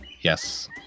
yes